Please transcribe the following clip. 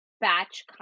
batch